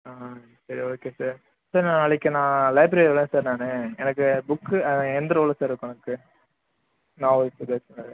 ஆ சரி okay sir sir நாளைக்கு நான் லைப்ரரி வரேன் சார் நானு எனக்கு புக்கு எந்த ரோவில் சார் இருக்கும் எனக்கு நாவல்ஸ்